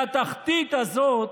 לתחתית הזאת